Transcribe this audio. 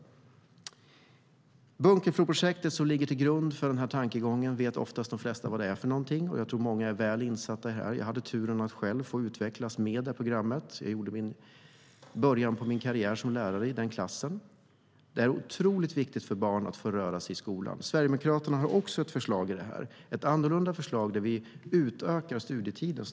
Det flesta vet vad Bunkefloprojektet, som ligger till grund för denna tankegång, är för något. Jag tror att många är väl insatta i det. Jag hade själv turen att få utvecklas med detta program. Jag började min karriär som lärare i den klassen. Det är otroligt viktigt för barn att få röra på sig i skolan. Sverigedemokraterna har också ett förslag för det. Det är ett annorlunda förslag där vi utökar studietiden.